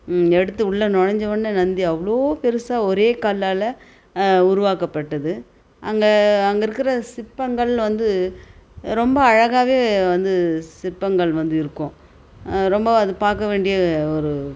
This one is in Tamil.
எடுத்து உள்ள நுலஞ்ச உடனே நந்தி அவ்வளோ பெருசாக ஒரே கல்லால் உருவாக்கப்பட்டது அங்கே அங்கே இருக்கிற சிற்பங்கள் வந்து ரொம்ப அழகாகவே வந்து சிற்பங்கள் வந்து இருக்கும் ரொம்ப பார்க்க வேண்டிய ஒரு